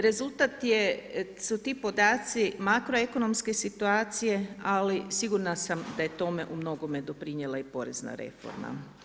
Rezultat je, su ti podaci makroekonomske situacije, ali sigurna sam da je tome u mnogome doprinijela i porezna reforma.